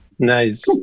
Nice